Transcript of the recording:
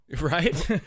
Right